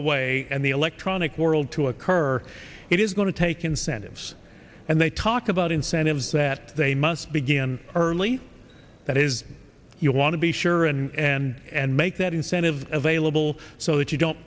away and the electronic world to occur it is going to take incentives and they talk about incentives that they must begin early that is you want to be sure and make that incentive available so that you don't